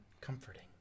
comforting